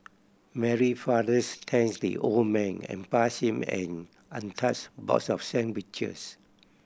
Mary fathers thanked the old man and passed him an untouched box of sandwiches